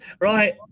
Right